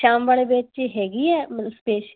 ਸ਼ਾਮ ਵਾਲੇ ਗਰੁੱਪ 'ਚ ਹੈਗੀ ਹੈ ਮਤਲਬ ਸਪੇਸ਼